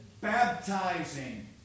baptizing